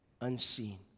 unseen